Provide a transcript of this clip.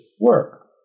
work